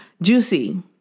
juicy